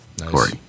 Corey